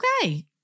Okay